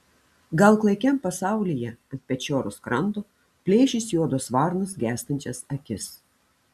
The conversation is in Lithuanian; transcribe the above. gal klaikiam pasaulyje ant pečioros kranto plėšys juodos varnos gęstančias akis